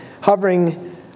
Hovering